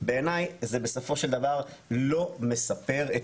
בעיניי זה בסופו של דבר לא מספר את